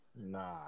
Nah